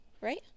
right